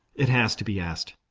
it has to be asked,